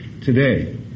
today